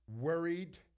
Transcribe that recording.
worried